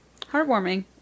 Heartwarming